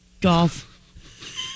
golf